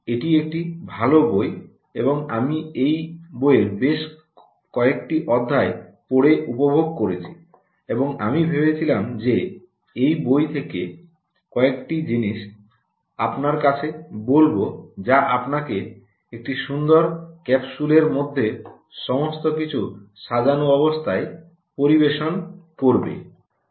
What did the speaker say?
এটি একটি ভাল বই এবং আমি এই বইয়ের বেশ কয়েকটি অধ্যায় পড়ে উপভোগ করেছি এবং আমি ভেবেছিলাম যে এই বই থেকে কয়েকটি জিনিস আপনার কাছে বলবো যা আপনাকে একটি সুন্দর ক্যাপসুলের মধ্যে সমস্ত কিছু সাজানো অবস্থায় পরিবেশন করবে